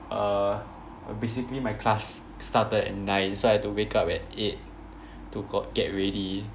err basically my class started at nine so I had to wake up at eight to go get ready